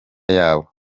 yabo